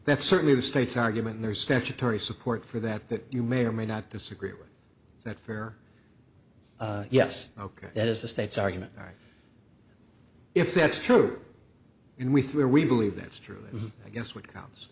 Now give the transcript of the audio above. that's certainly the state's argument there's statutory support for that that you may or may not disagree with that fair yes ok that is the state's argument if that's true and we three are we believe that's true i guess what counts